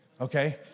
Okay